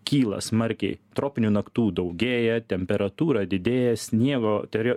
kyla smarkiai tropinių naktų daugėja temperatūra didėja sniego tere